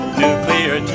nuclear